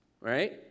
Right